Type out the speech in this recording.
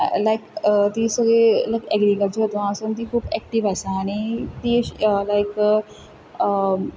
लायक तीं सगळीं लायक एग्रीकल्चर हितून आसून तीं खूब एक्टीव आसा आनी तीं लायक